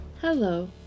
Hello